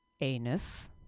anus